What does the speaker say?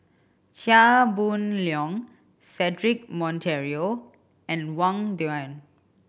Chia Boon Leong Cedric Monteiro and Wang Dayuan